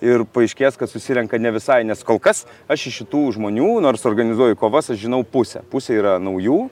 ir paaiškės kad susirenka ne visai nes kol kas aš iš šitų žmonių nors organizuoju kovas aš žinau pusę pusė yra naujų